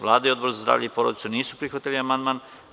Vlada i Odbor za zdravlje i porodicu nisu prihvatili amandman.